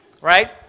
right